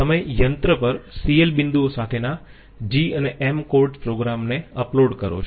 તમે યંત્ર પર CL બિંદુઓ સાથેના G અને M કોડસ પ્રોગ્રામ ને અપલોડ કરો છો